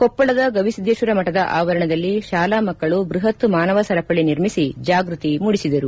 ಕೊಪ್ಪಳದ ಗವಿಸಿದ್ದೇಶ್ವರ ಮಠದ ಆವರಣದಲ್ಲಿ ಶಾಲಾ ಮಕ್ಕಳು ಬೃಹತ್ ಮಾನವ ಸರಪಳಿ ನಿರ್ಮಿಸಿ ಜಾಗೃತಿ ಮೂಡಿಸಿದರು